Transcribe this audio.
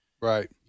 right